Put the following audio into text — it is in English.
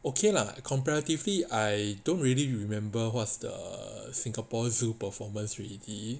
okay lah comparatively I don't really remember what's the singapore zoo performance already